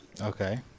Okay